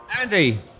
Andy